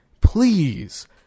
Please